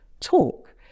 talk